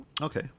Okay